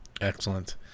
Excellent